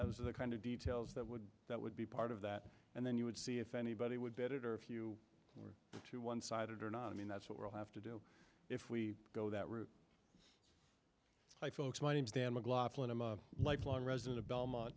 those are the kind of details that would that would be part of that and then you would see if anybody would bid it or a few to one side or not i mean that's what we'll have to do if we go that route hi folks my name's dan mclaughlin i'm a lifelong resident of belmont